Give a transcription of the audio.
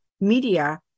media